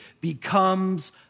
becomes